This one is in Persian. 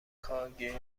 کاگب